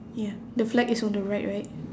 ya the flag is on the right right